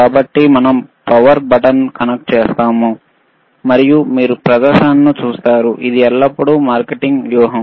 కాబట్టి మనం పవర్ బటన్ను కనెక్ట్ చేస్తాము మరియు మీరు ప్రదర్శనను చూస్తారు ఇది ఎల్లప్పుడూ మార్కెటింగ్ వ్యూహం